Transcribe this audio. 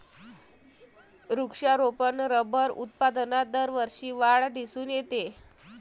वृक्षारोपण रबर उत्पादनात दरवर्षी वाढ दिसून येते